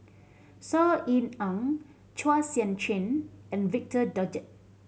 Saw Ean Ang Chua Sian Chin and Victor Doggett